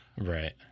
Right